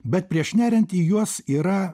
bet prieš neriant į juos yra